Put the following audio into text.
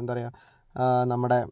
എന്താ പറയുക നമ്മുടെ